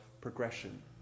progression